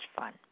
fun